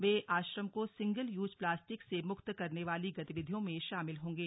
वे आश्रम को single use plastic से मुक्त करने वाली गतिविधियों में शामिल होंगे